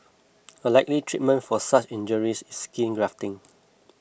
a likely treatment for such injuries is skin grafting